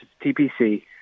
TPC